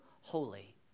holy